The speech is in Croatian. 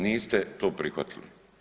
Niste to prihvatili.